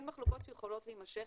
אלה כן מחלוקות שיכולות להימשך,